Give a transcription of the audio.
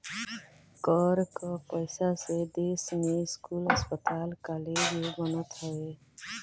कर कअ पईसा से देस में स्कूल, अस्पताल कालेज बनत हवे